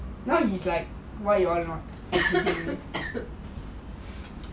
now she like why you all not